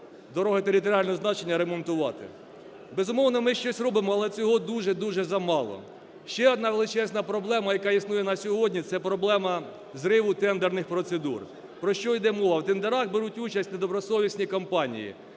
дороги територіального значення ремонтувати. Безумовно, ми щось робимо, але цього дуже-дуже замало. Ще одна величезна проблема, яка існує на сьогодні, це проблема зриву тендерних процедур. Про що йде мова. В тендерах беруть участь недобросовісні компанії,